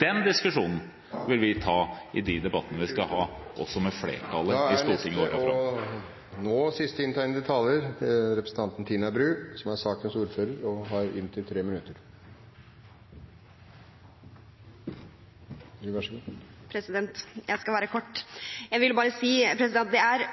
Den diskusjonen vi vil ta i de debattene vi skal ha også med flertallet på Stortinget. Jeg skal være kort. Jeg vil bare si at jeg er så glad for at de største partiene i norsk politikk står fjellstøtt sammen når det